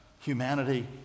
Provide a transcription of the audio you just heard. humanity